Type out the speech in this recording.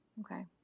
okay